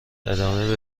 ادامه